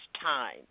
time